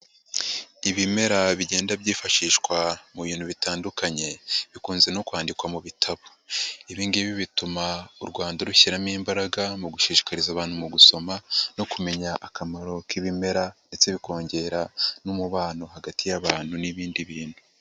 Ibimera bigenda byifashishwa mu bintu bitandukanye, bikunze no kwandikwa mu bitabo, ibi ngibi bituma u Rwanda rushyiramo imbaraga mu gushishikariza abantu mu gusoma no kumenya akamaro k'ibimera ndetse bikongera n'umubano hagati y'abantu n'ibindi bintu.